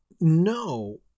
No